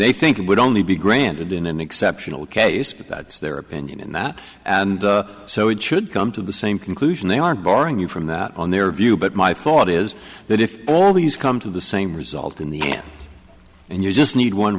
they think it would only be granted in an exceptional case but that's their opinion in that and so it should come to the same conclusion they aren't barring you from that on their view but my thought is that if all these come to the same result in the end and you just need one